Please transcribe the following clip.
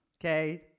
okay